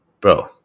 Bro